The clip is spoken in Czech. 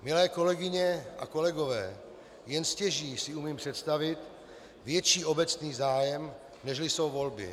Milé kolegyně a kolegové, jen stěží si umím představit větší obecný zájem, nežli jsou volby.